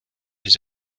his